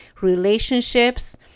relationships